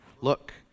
Look